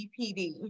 BPD